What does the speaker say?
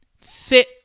sit